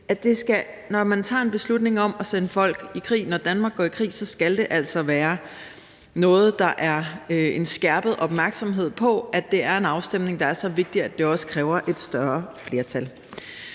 når man tager en beslutning om at sende folk i krig, skal der altså være en skærpet opmærksomhed på, at det er en afstemning, der er så vigtig, at det også kræver et større flertal.